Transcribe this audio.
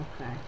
okay